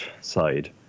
side